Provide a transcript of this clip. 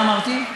מה אמרתי?